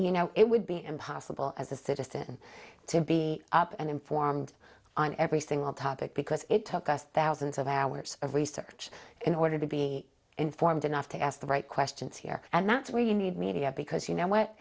you know it would be impossible as a citizen to be up and informed on every single topic because it took us thousands of hours of research in order to be informed enough to ask the right questions here and that's where you need media because you know what